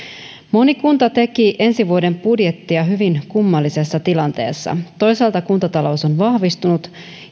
moni kunta teki ensi vuoden budjettia hyvin kummallisessa tilanteessa toisaalta kuntatalous on vahvistunut